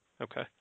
okay